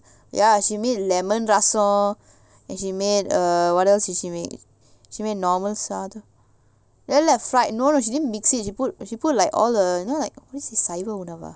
ya she made lemon ரசம்:rasam and she made err what else did she made she made சும்மா:summa normal சாதம்:sadham then like fried no she didn't mix it she put you put like all the you know like சைவஉணவா:saiva unava